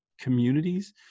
communities